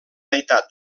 meitat